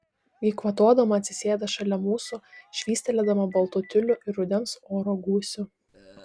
ji kvatodama atsisėda šalia mūsų švystelėdama baltu tiuliu ir rudens oro gūsiu